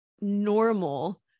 normal